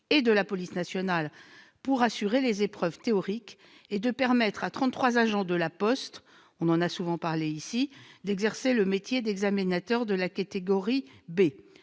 et de la police nationales pour assurer les épreuves théoriques, et de permettre à trente-trois agents de la Poste- on en a souvent parlé ici -d'exercer le métier d'examinateur de la catégorie B.